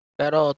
pero